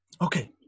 Okay